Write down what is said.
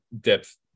depth